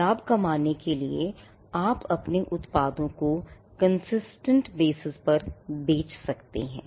लाभ कमाने के लिए आप अपने उत्पादों को consistent basisपर बेच सकते हैं